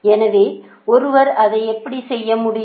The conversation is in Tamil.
எனவே ஒருவர் அதை எப்படிச் செய்ய முடியும்